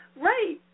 Right